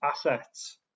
assets